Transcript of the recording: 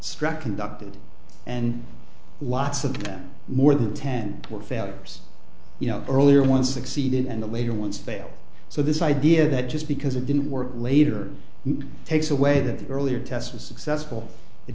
struck conducted and lots of them more than ten were failures you know earlier one succeeded and the later ones fail so this idea that just because it didn't work later in takes away that the earlier test was successful it